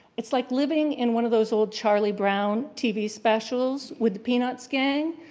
it's like living in one of those old charlie brown tv specials with the peanuts gang.